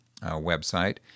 website